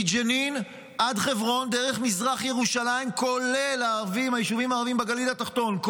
מג'נין עד חברון דרך מזרח ירושלים כולל היישובים הערביים בגליל התחתון,